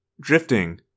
drifting